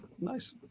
Nice